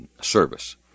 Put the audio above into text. service